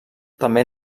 també